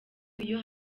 iyo